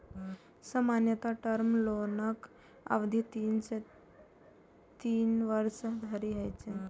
सामान्यतः टर्म लोनक अवधि तीन सं तीन वर्ष धरि होइ छै